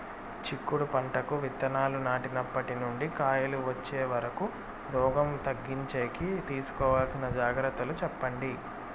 చిక్కుడు పంటకు విత్తనాలు నాటినప్పటి నుండి కాయలు వచ్చే వరకు రోగం తగ్గించేకి తీసుకోవాల్సిన జాగ్రత్తలు చెప్పండి?